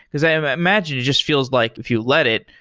because i um ah imagine, it just feels like if you let it,